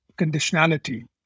conditionality